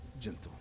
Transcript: gentle